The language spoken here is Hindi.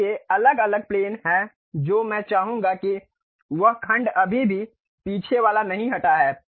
इसलिए अलग अलग प्लेन हैं जो मैं चाहूंगा कि वह खंड अभी भी पीछे वाला नहीं हटा है